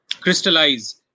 crystallize